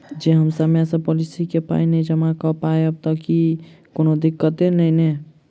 जँ हम समय सअ पोलिसी केँ पाई नै जमा कऽ पायब तऽ की कोनो दिक्कत नै नै?